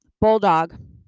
bulldog